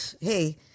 hey